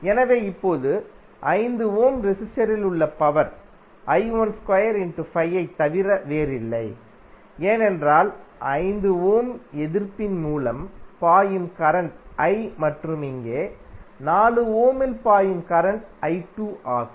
எனவே இப்போது 5 ஓம் ரெசிஸ்டரில் உள்ள பவர் I12 ஐத் தவிர வேறில்லை ஏனென்றால் 5 ஓம் எதிர்ப்பின் மூலம் பாயும் கரண்ட் I மற்றும் இங்கே 4 ஓம் இல் பாயும் கரண்ட் I2 ஆகும்